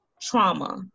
trauma